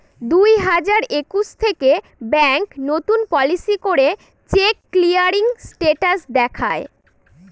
দুই হাজার একুশ থেকে ব্যাঙ্ক নতুন পলিসি করে চেক ক্লিয়ারিং স্টেটাস দেখায়